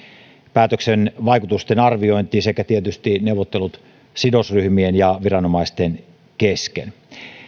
päätöksen vaikutusten arviointi sekä tietysti neuvottelut sidosryhmien ja viranomaisten kesken